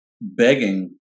begging